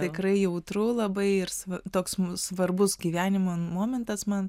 tikrai jautru labai ir toks svarbus gyvenimo momentas man